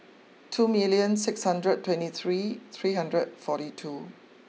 two million six hundred twenty three three hundred forty two